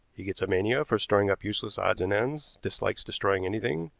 he gets a mania for storing up useless odds and ends, dislikes destroying anything,